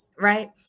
right